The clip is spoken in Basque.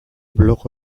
blog